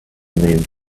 named